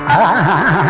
aa